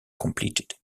completed